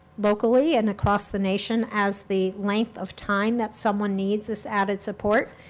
locally and across the nation, as the length of time that someone needs this added support.